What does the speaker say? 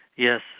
Yes